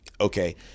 okay